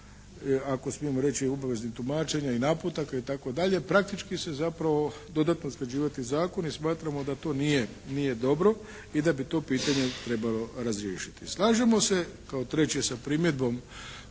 ako smijem reći obveznih tumačenja i naputaka itd. praktički se zapravo dodatno usklađivati zakon i smatramo da to nije dobro i da bi to pitanje trebalo razriješiti. Slažemo se kao treće sa primjedbom